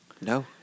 No